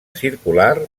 circular